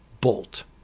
bolt